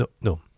no